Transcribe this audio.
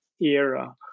era